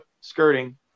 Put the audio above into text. skirting